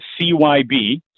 CYB